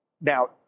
Now